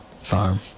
farm